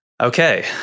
okay